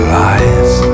lies